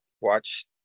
watch